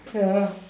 ya